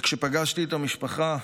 כשפגשתי את המשפחה